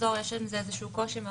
יש עם זה קושי כי